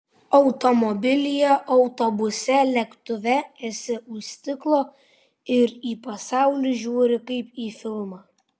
automobilyje autobuse lėktuve esi už stiklo ir į pasaulį žiūri kaip į filmą